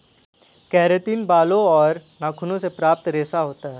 keratin बालों और नाखूनों से प्राप्त रेशा होता है